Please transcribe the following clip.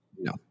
No